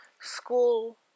school